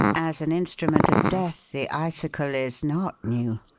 as an instrument of death the icicle is not new,